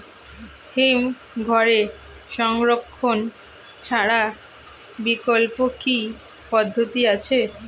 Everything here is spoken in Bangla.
হিমঘরে সংরক্ষণ ছাড়া বিকল্প কি পদ্ধতি আছে?